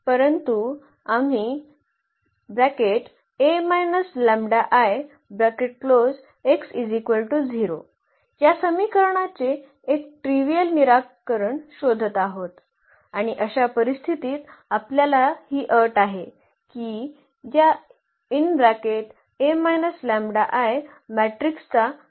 परंतु आम्ही या समीकरणाचे एक ट्रीवियल निराकरण शोधत आहोत आणि अशा परिस्थितीत आपल्याला ही अट आहे की या मॅट्रिक्सचा हा घटक 0 असावा